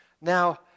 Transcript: Now